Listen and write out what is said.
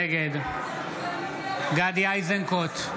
נגד גדי איזנקוט,